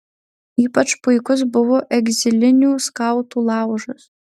ypač puikus buvo egzilinių skautų laužas